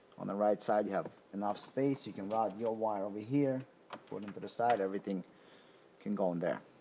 on the right side you have enough space you can run your wire over here put them to the side everything can go in there